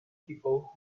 people